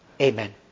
Amen